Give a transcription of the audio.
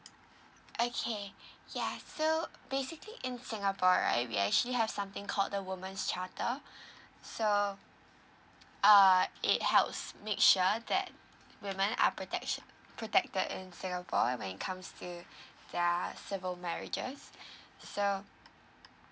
okay ya so basically in singapore right we actually have something called the woman's charter so uh it helps make sure that women are protection protected in singapore when it comes to their civil marriages so